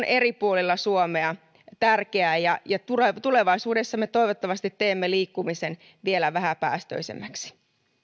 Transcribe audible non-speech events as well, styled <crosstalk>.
<unintelligible> eri puolilla suomea tärkeää ja ja tulevaisuudessa me toivottavasti teemme liikkumisen vielä vähäpäästöisemmäksi